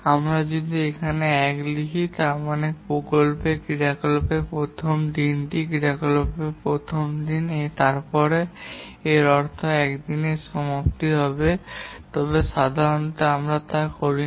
আমরা যদি এখানে 1 টি লিখি তবে প্রকল্পের ক্রিয়াকলাপের প্রথম দিনটি ক্রিয়াকলাপের প্রথম দিন 1 তারপরে এর অর্থ 1 দিনের সমাপ্তি হবে তবে সাধারণত আমরা তা করি না